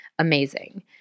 Amazing